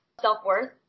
self-worth